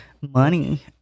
money